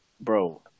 bro